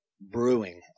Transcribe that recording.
brewing